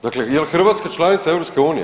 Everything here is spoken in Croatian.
Dakle, jel Hrvatska članica EU?